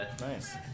Nice